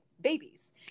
babies